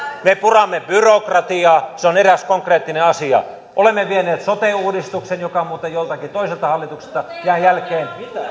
me puramme byrokratiaa se on eräs konkreettinen asia olemme vieneet eteenpäin sote uudistuksen joka muuten joltakin toiselta hallitukselta jäi jälkeen